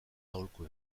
aholku